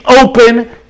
open